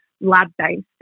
lab-based